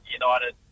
United